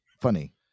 funny